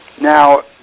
now